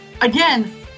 again